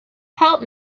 help